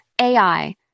AI